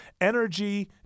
energy